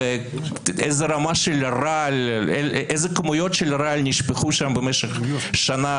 ואיזה כמויות של רעל נשפכו שם במשך שנה